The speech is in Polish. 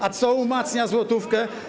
A co umacnia złotówkę?